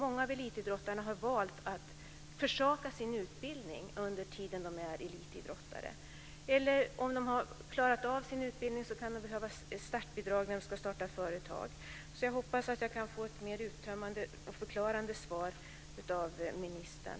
Många av elitidrottarna har valt att försaka sin utbildning under tiden de är elitidrottare. Om de har klarat av sin utbildning kan de behöva startbidrag när de ska starta företag. Jag hoppas att jag kan få ett mer uttömmande och förklarande svar av ministern.